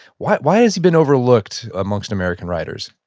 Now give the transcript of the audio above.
why why has he been overlooked amongst american writers?